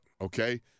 okay